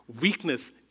weakness